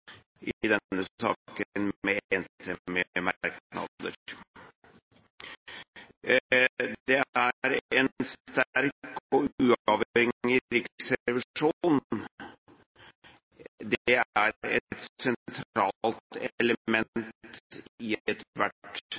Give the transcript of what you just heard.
saken, med enstemmige merknader. En sterk og uavhengig riksrevisjon er et sentralt element i ethvert